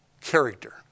character